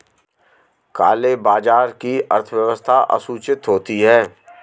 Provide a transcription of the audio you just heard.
काले बाजार की अर्थव्यवस्था असूचित होती है